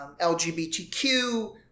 LGBTQ